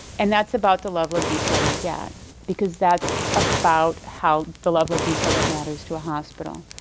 and that's about the level of detail you get because that's about how the level of detail that matters to a hospital.